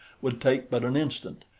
would take but an instant,